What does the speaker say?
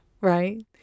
right